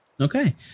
Okay